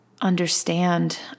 understand